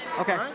Okay